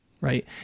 right